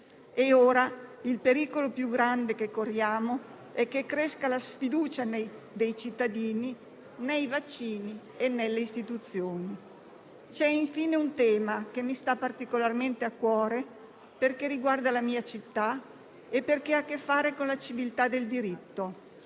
Ora il pericolo più grande che corriamo è che cresca la sfiducia dei cittadini nei vaccini e nelle istituzioni. C'è infine un tema che mi sta particolarmente a cuore, perché riguarda la mia città e ha a che fare con la civiltà del diritto.